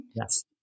Yes